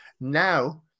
Now